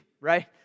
right